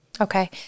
Okay